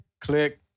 Click